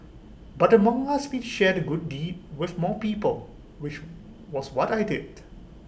but the monk asked me to share the good deed with more people which was what I did